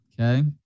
Okay